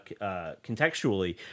contextually